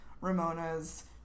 Ramona's